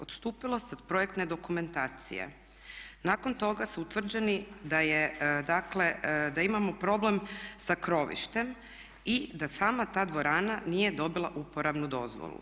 Odstupilo se od projektne dokumentacije, nakon toga su utvrđeni da imamo problem sa krovištem i da sama ta dvorana nije dobila uporabnu dozvolu.